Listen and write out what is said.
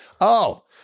oh-